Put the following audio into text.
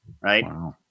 right